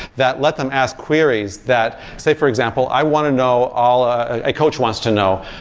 that let them ask queries, that say for example, i want to know all a coach wants to know,